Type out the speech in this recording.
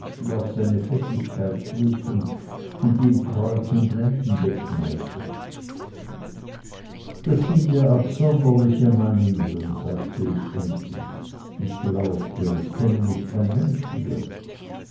auf seine fettigkeit prüfen und ihm kreuz und lenden bekneifen das sind ja absonderliche manieren sagte ich endlich ich glaubte es kenne mich kein mensch hier